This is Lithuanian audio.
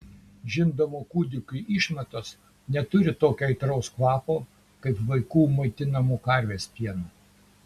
žindomų kūdikių išmatos neturi tokio aitraus kvapo kaip vaikų maitinamų karvės pienu